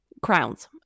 crowns